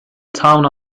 town